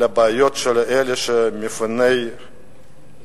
על הבעיות של אלה שהם מפוני עזה.